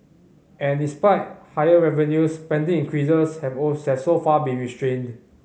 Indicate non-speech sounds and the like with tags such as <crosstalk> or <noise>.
and despite higher revenues spending increases have all <unintelligible> so far been restrained